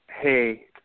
Hey